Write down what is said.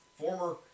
Former